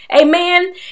Amen